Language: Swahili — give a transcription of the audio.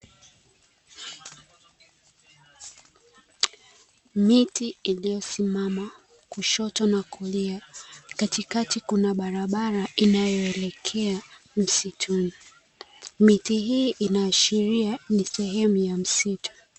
Miti iliyo simama kushoto na kulia katikati kuna barabara inayoelekea msituni, miti hii inaashiria ni sehemu ya msitu.